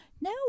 No